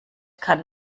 kann